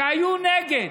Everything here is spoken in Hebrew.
שהיו נגד,